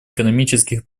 экономических